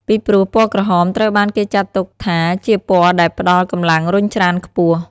ពីព្រោះពណ៌ក្រហមត្រូវបានគេចាត់ទុកថាជាពណ៌ដែលផ្តល់កម្លាំងរុញច្រានខ្ពស់។